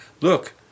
look